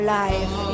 life